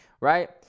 right